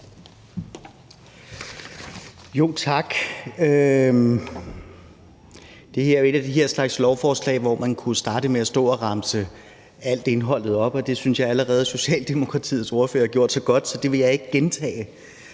Jo, tak. Det her er jo en af den slags lovforslag, hvor man kunne starte med at stå og remse alt indholdet op, men det synes jeg at Socialdemokratiets allerede har gjort så godt, så det vil jeg ikke gentage.